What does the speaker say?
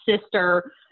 sister